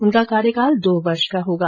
उनका कार्यकाल दो वर्ष का होगा